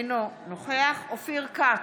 אינו נוכח אופיר כץ,